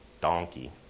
donkey